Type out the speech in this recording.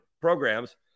programs